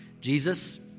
Jesus